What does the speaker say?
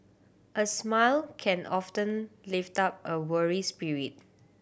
a smile can often lift up a weary spirit